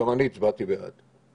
גם אני הצבעתי בעד.